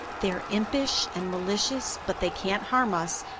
they are impish and malicious but they can't harm us,